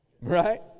Right